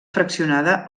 fraccionada